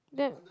then